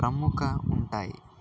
ప్రముఖ ఉంటాయి